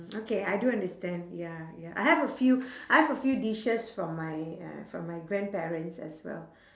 okay I do understand ya ya I have a few I have a few dishes from my uh from my grandparents as well